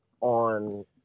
on